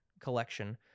collection